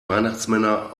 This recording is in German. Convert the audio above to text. weihnachtsmänner